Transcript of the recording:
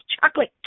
chocolate